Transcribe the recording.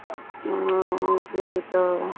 हाँ और तो